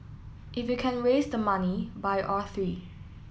if you can raise the money buy all three